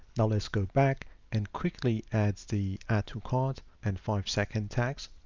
now let's go back and quickly add the add to cart and five second tags.